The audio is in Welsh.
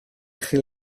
chi